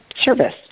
service